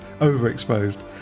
overexposed